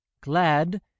glad